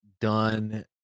done